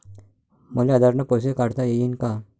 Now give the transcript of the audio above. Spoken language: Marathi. मले आधार न पैसे काढता येईन का?